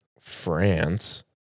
France